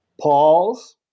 Pause